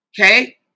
Okay